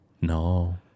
No